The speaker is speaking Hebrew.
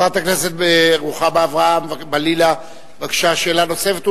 חברת הכנסת רוחמה אברהם-בלילא, בבקשה, שאלה נוספת,